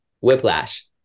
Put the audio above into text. Whiplash